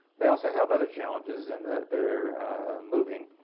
they also have other challenges in that they are moving,